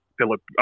Philip